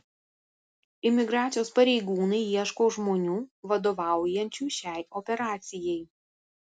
imigracijos pareigūnai ieško žmonių vadovaujančių šiai operacijai